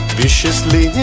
viciously